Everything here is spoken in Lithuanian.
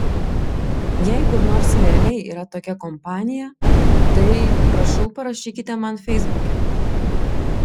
jei kur nors realiai yra tokia kompanija tai prašau parašykite man feisbuke